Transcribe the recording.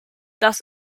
das